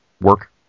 work